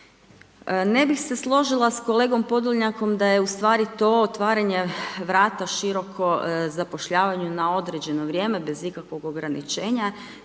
Ne bih se složila s kolegom Podolnjakom da je ustvari to otvaranje vrata široko zapošljavanju na određeno vrijeme bez ikakvog ograničenja